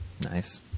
Nice